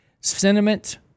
sentiment